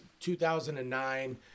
2009